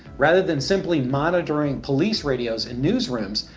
rather than simply monitoring police radios in news rooms,